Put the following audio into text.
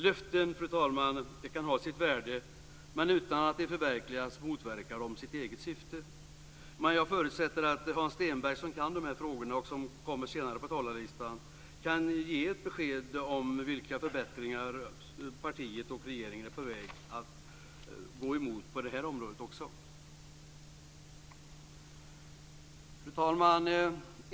Löften, fru talman kan ha sitt värde, men utan att de förverkligas motverkar de sitt eget syfte. Men jag förutsätter att Hans Stenberg, som kan de här frågorna och som kommer senare i debatten, kan ge ett besked om vilka förbättringar partiet och regeringen är på väg att gå emot också på detta område. Fru talman!